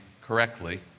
correctly